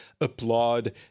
applaud